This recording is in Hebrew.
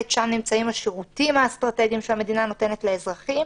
ונמצאים השירותים האסטרטגיים שהמדינה נותנת לאזרחים.